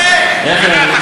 לפני, לא, לא.